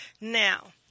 Now